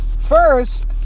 first